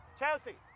chelsea